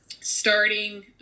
starting